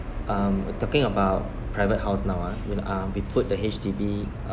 um we're talking about private house now ah we uh we put the H_D_B